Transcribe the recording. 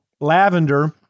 lavender